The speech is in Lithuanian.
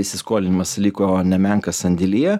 įsiskolinimas liko nemenkas sandėlyje